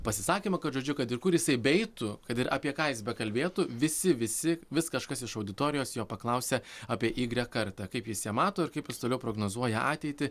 pasisakymą kad žodžiu kad ir kur jisai beeitų kad ir apie ką jis bekalbėtų visi visi vis kažkas iš auditorijos jo paklausia apie igrek kartą kaip jis ją mato ir kaip jis toliau prognozuoja ateitį